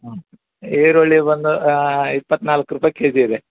ಹ್ಞೂ ಈರುಳ್ಳಿ ಬಂದು ಇಪ್ಪತ್ನಾಲ್ಕು ರೂಪಾಯಿ ಕೆ ಜಿ ಇದೆ